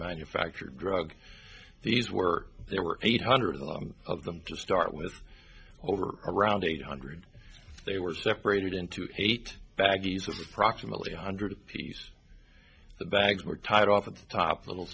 manufactured drug these were there were eight hundred of them to start with over around eight hundred they were separated into eight baggies approximately one hundred pieces the bags were tied off of the top little